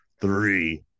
three